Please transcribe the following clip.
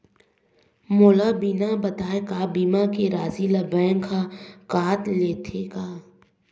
मोला बिना बताय का बीमा के राशि ला बैंक हा कत लेते का?